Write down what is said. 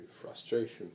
frustration